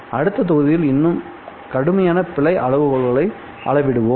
அடுத்த தொகுதியில் இன்னும் கடுமையான பிழை அளவுகோல்களை அளவிடுவோம்